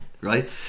right